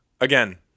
Again